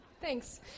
Thanks